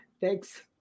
Thanks